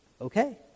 okay